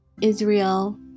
Israel